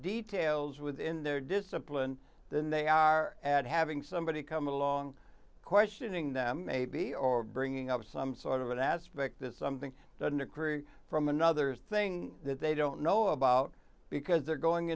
details within their discipline than they are at having somebody come along questioning them maybe or bringing up some sort of aspect there's something very from another thing that they don't know about because they're going